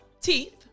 teeth